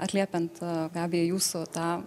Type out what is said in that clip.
atliepiant gabija jūsų tą